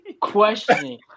questioning